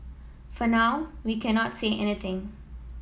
for now we cannot say anything